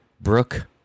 Brooke